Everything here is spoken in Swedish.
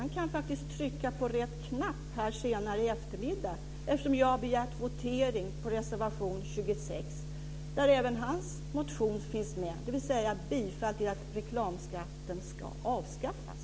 Han kan faktiskt trycka på rätt knapp här senare i eftermiddag, eftersom jag har begärt votering om reservation 26 där även hans motion finns med, dvs. yrka bifall till att reklamskatten ska avskaffas.